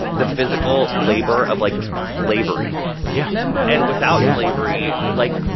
the physical labor of, like, slavery yeah and without slavery, like.